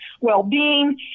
well-being